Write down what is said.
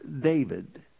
David